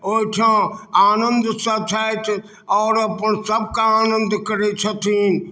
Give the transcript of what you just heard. ओहिठाम आनन्दसँ छथि आओर अपन सबके आनन्द करै छथिन